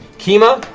kima,